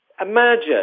Imagine